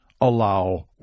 allow